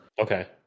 okay